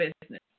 business